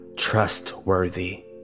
trustworthy